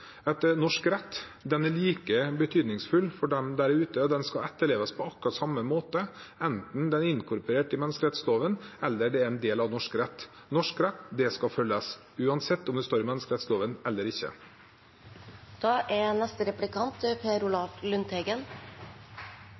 norsk rett er like betydningsfull for dem der ute, og den skal etterleves på akkurat samme måte, enten den er inkorporert i menneskerettsloven eller er en del av norsk rett. Norsk rett skal følges uansett om det står i menneskerettsloven eller